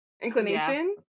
Inclination